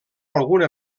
alguna